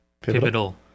pivotal